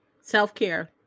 self-care